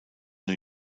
new